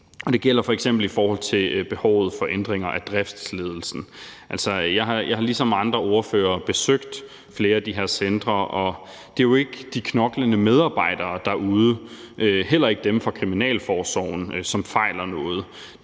Det gælder f.eks. i forhold til behovet for ændringer af driftsledelsen. Jeg har ligesom andre ordførere besøgt flere af de her centre, og det er jo ikke de knoklende medarbejdere derude – heller ikke dem fra kriminalforsorgen – som fejler noget.